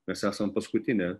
mes esam paskutinė